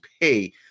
pay